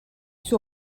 suo